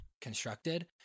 constructed